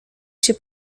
się